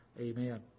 Amen